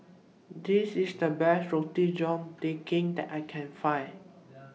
This IS The Best Roti John Daging that I Can Find